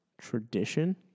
Tradition